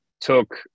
took